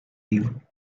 live